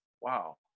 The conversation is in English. wow